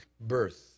birth